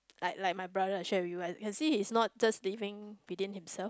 like like brother I shared with you right can see he's not just living within himself